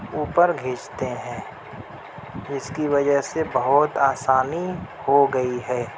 اوپر کھینچتے ہیں اس کی وجہ سے بہت آسانی ہو گئی ہے